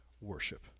Worship